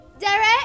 Derek